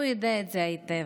הוא יודע את זה היטב.